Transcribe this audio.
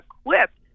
equipped